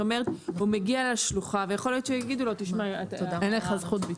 הוא מגיע לשלוחה ויכול להיות שיגידו לו שאין לו זכות ביטול.